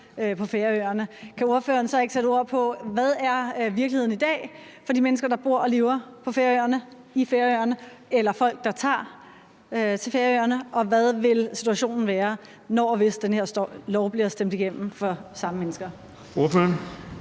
på Færøerne. Kan ordføreren så ikke sætte ord på, hvad virkeligheden er i dag for de mennesker, der bor og lever på Færøerne, eller folk, der tager til Færøerne? Og hvad vil situationen være, når og hvis den her lov bliver stemt igennem, for de samme mennesker? Kl.